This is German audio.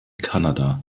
kanada